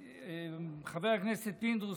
חבר הכנסת פינדרוס,